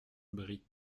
brie